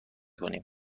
کنیم